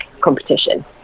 competition